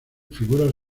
figuras